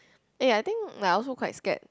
eh yeah I think like I also quite scared